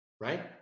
right